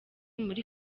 muri